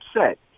upset